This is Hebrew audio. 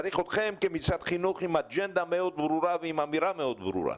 צריך אתכם כמשרד חינוך עם אג'נדה מאוד ברורה ועם אמירה מאוד ברורה.